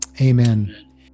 Amen